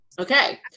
okay